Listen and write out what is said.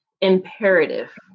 imperative